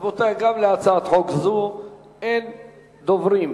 רבותי, גם להצעת חוק זו אין דוברים.